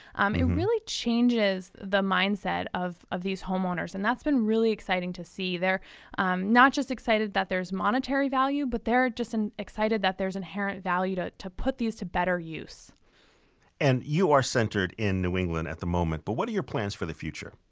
um it really changes the mindset of of these homeowners. and that's been really exciting to see. they're um not just excited that there's monetary value, but they're just excited that there's inherent value to to put these to better use and you are centered in new england at the moment, but what are your plans for the future?